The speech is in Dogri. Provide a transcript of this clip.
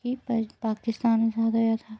पाकिस्तान अजाद होएआ हा